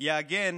יעגן